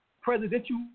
presidential